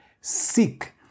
Seek